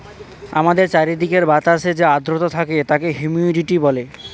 আমাদের চারিদিকের বাতাসে যে আর্দ্রতা থাকে তাকে হিউমিডিটি বলে